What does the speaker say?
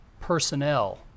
personnel